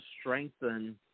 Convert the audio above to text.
strengthen